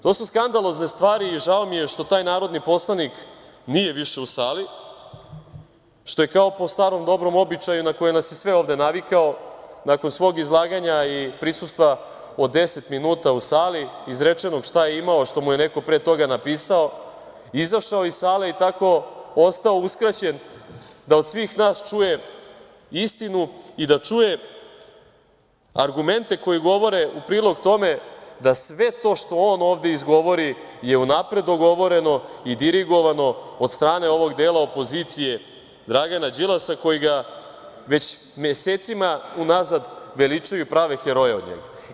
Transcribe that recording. To su skandalozne stvari i žao mi je što taj narodni poslanik nije više u sali, što je, kao po starom dobrom običaju na koji nas je sve ovde navikao, nakon svog izlaganja i prisustva od 10 minuta u sali, izrečenog šta je imao, a što mu je neko pre toga napisao, izašao iz sale i tako ostao uskraćen da od svih nas čuje istinu i da čuje argumente koji govore u prilog tome da sve to što on ovde izgovori je unapred dogovoreno i dirigovano od strane ovog dela opozicije Dragana Đilasa koji ga već mesecima unazad veličaju i prave heroje od njega.